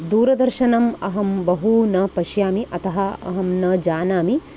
दूरदर्शनम् अहं बहु न पश्यामि अतः अहं न जानामि